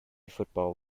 football